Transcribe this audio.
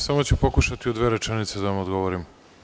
Samo ću pokušati u dve rečenice da vam odgovorim.